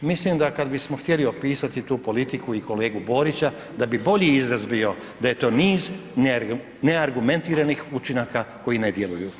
Mislim da kad bismo htjeli opisati tu politiku i kolegu Borića da bi bolji izraz bio da je to niz neargumentiranih učinaka koji ne djeluju.